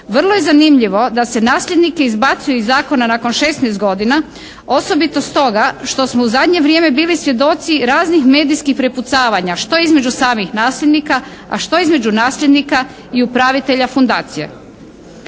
Vrlo je zanimljivo da se nasljednike izbacuje iz zakona nakon 16 godina, osobito stoga što smo u zadnje vrijeme bili svjedoci raznih medijskih prepucavanja što između samih nasljednika, a što između nasljednika i upravitelja fundacije.